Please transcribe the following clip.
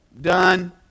done